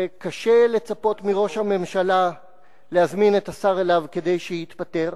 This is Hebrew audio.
וקשה לצפות מראש הממשלה להזמין את השר אליו כדי שיתפטר.